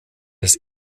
des